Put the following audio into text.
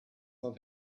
not